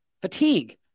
Fatigue